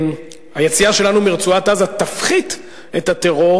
היציאה שלנו מרצועת-עזה תפחית את הטרור.